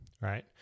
right